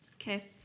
Okay